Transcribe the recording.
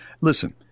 Listen